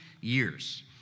years